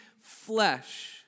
flesh